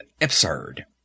absurd